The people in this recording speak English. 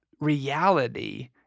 reality